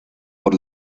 por